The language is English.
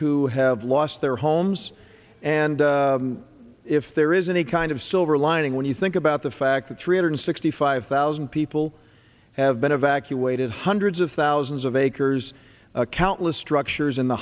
who have lost their homes and if there is any kind of silver lining when you think about the fact that three hundred sixty five thousand people have been evacuated hundreds of thousands of acres countless structures in the